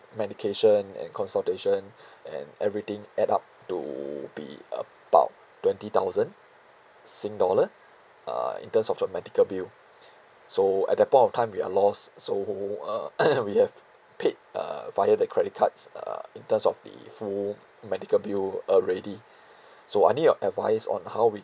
medication and consultation and everything add up to be about twenty thousand sing dollar uh in terms of the medical bill so at that point of time we are lost so uh we have paid uh via the credit cards uh in terms of the full medical bill already so I need your advice on how we